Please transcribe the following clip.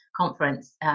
conference